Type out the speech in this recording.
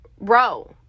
bro